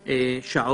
התורנויות.